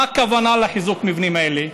מה הכוונה בחיזוק המבנים האלה?